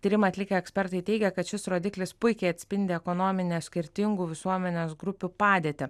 tyrimą atlikę ekspertai teigia kad šis rodiklis puikiai atspindi ekonominę skirtingų visuomenės grupių padėtį